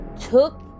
took